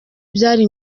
byari